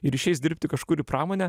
ir išeis dirbti kažkur į pramonę